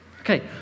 Okay